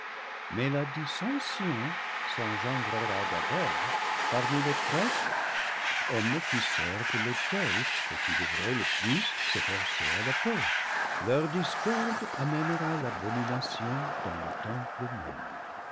mais la dissension s'engendrera d'abord parmi les prêtres hommes qui servent l'autel et qui devraient le plus s'efforcer à la paix leur discorde amènera l'abomination dans le temple même